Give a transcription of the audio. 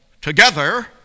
together